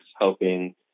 helping